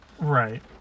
Right